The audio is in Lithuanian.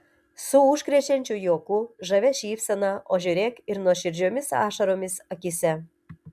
su užkrečiančiu juoku žavia šypsena o žiūrėk ir nuoširdžiomis ašaromis akyse